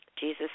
Jesus